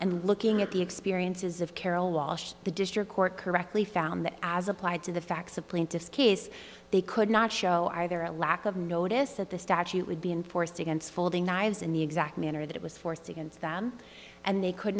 and looking at the experiences of carol walsh the district court correctly found that as applied to the facts of plaintiff's case they could not show either a lack of notice that the statute would be enforced against folding knives in the exact manner that it was forced against them and they could